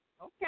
Okay